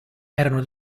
erano